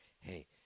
hey